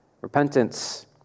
Repentance